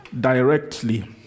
directly